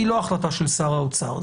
היא לא החלטה של שר האוצר.